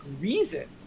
reason